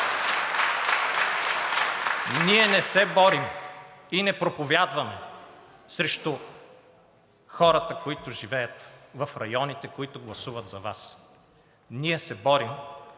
Ние не се борим и не проповядваме срещу хората, които живеят в районите, които гласуват за Вас. Ние се борим